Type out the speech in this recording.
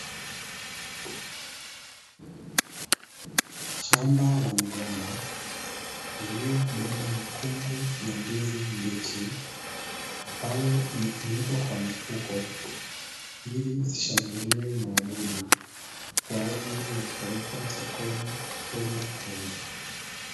Shamba la migomba iliyobeba mikungu ya ndizi mbichi, ambayo imefunikwa kwa mifuko ili isishambuliwe na wadudu kwa ajili ya kupelekwa sokoni kwenda kuuzwa.